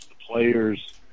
players